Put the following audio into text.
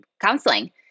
counseling